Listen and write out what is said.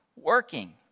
working